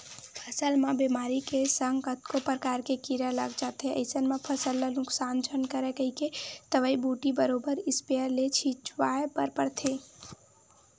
फसल म बेमारी के संग कतको परकार के कीरा लग जाथे अइसन म फसल ल नुकसान झन करय कहिके दवई बूटी बरोबर इस्पेयर ले छिचवाय बर परथे